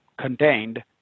contained